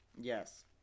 Yes